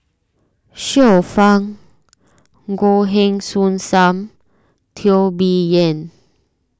Xiu Fang Goh Heng Soon Sam Teo Bee Yen